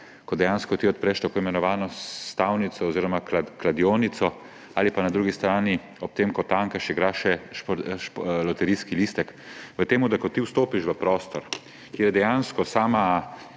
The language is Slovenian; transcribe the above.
ko dejansko ti odpreš tako imenovano stavnico oziroma kladionico, ali pa na drugi strani ob tem, ko tankaš, igraš še loterijski listek? Razlika je v tem, da ko ti vstopiš v prostor, kjer je dejansko sama